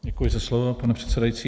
Děkuji za slovo, pane předsedající.